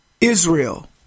Israel